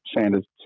Sanders